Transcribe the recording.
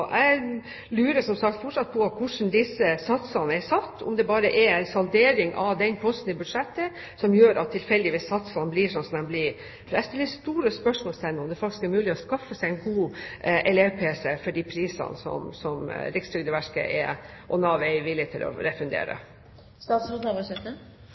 Jeg lurer som sagt fortsatt på hvordan disse satsene er satt, om det bare er en saldering av den posten i budsjettet som tilfeldigvis gjør at satsene blir som de blir. Jeg setter store spørsmålstegn ved om det faktisk er mulig å skaffe seg en god elev-pc for de prisene som Rikstrygdeverket og Nav er villige til å